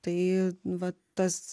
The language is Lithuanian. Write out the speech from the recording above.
tai vat tas